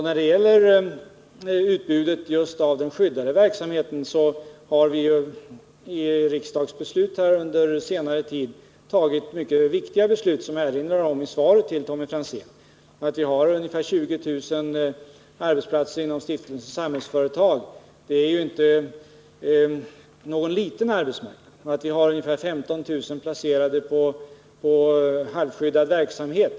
När det gäller utbudet av den skyddade verksamheten har riksdagen under senare tid fattat mycket viktiga beslut som jag erinrar om i svaret till Tommy Franzén. Vi har ungefär 20 000 arbetsplatser inom stiftelsen Samhällsföretag. Det är inte någon liten arbetsmarknad. Vi har ungefär 15 000 placerade i halvskyddad verksamhet.